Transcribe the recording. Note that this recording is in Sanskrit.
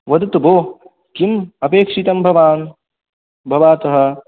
वदतु भो किम् अपेक्षितं भवान् भवतः